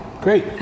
great